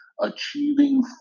achieving